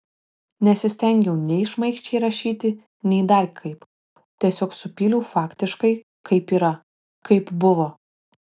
nesistengiau nei šmaikščiai rašyti nei dar kaip tiesiog supyliau faktiškai kaip yra kaip buvo